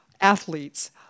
athletes